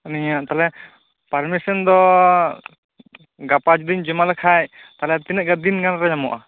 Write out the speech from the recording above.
ᱟ ᱞᱤᱧᱟᱜ ᱛᱟᱦᱚᱞᱮ ᱯᱟᱨᱢᱤᱥᱚᱱ ᱫᱚ ᱜᱟᱯᱟ ᱡᱩᱫᱤᱧ ᱡᱚᱢᱟ ᱞᱮᱠᱷᱟᱡ ᱛᱟᱦᱚᱞᱮ ᱛᱤᱱᱟ ᱜ ᱜᱟᱱ ᱫᱤᱱ ᱨᱮ ᱧᱟᱢᱚᱜ ᱟ